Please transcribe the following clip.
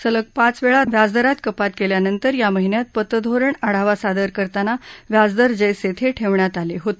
सलग पाच वेळा व्याजदरात कपात केल्यानंतर या महिन्यत पतधोरण आढावा सादर करताना व्याजदर जसीथे ठेवण्यात आले होते